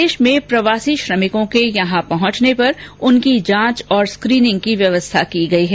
प्रदेश में प्रवासी श्रमिकों के यहां पहुंचने पर उनकी जांच और स्कीनिंग की व्यवस्था की गई है